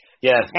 Yes